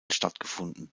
stattgefunden